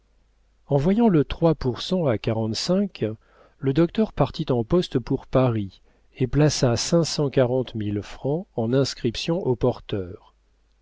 en voyant le trois pour cent à quarante-cinq le docteur partit en poste pour paris et plaça cinq cent quarante mille francs en inscriptions au porteur